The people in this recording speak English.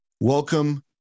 welcome